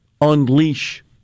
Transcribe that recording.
unleash